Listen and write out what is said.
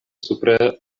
supre